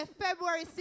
February